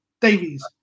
Davies